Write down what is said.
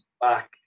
back